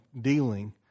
dealing